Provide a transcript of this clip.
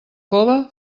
cove